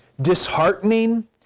disheartening